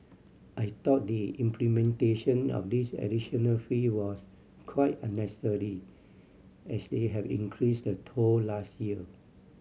I thought the implementation of this additional fee was quite unnecessary as they have increase the toll last year